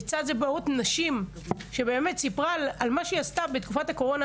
לצד זה באות נשים שספרו מה עשו בתקופת הקורונה